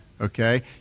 Okay